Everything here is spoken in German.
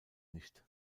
nicht